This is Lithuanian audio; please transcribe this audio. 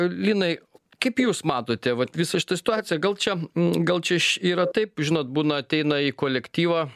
linai kaip jūs matote vat visą šitą situaciją gal čia gal čia yra taip žinot būna ateina į kolektyvą